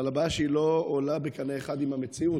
אבל הבעיה היא שהיא לא עולה בקנה אחד עם המציאות.